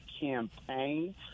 campaign